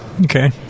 Okay